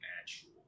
natural